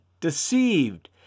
deceived